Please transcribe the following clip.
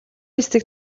хэсэг